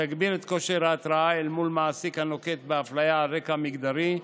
יגביר את כושר ההרתעה אל מול מעסיק הנוקט אפליה על רקע מגדרי,